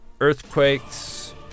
earthquakes